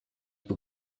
più